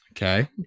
Okay